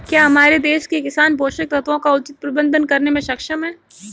क्या हमारे देश के किसान पोषक तत्वों का उचित प्रबंधन करने में सक्षम हैं?